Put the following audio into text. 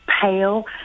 pale